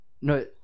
No